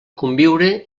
conviure